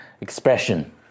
expression